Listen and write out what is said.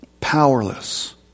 Powerless